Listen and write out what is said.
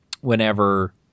whenever